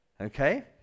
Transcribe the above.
Okay